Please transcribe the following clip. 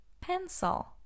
Pencil